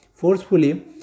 Forcefully